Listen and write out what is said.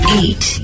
eight